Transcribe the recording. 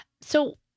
So-